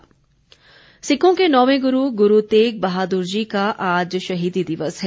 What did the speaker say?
शहीदी दिवस सिखों के नौवें गुरु गुरु तेग बहादुर जी का आज शहीदी दिवस है